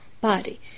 body